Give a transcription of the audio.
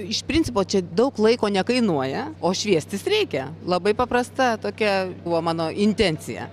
iš principo čia daug laiko nekainuoja o šviestis reikia labai paprasta tokia buvo mano intencija